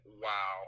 Wow